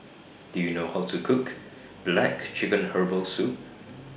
Do YOU know How to Cook Black Chicken Herbal Soup